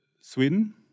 Sweden